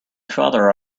father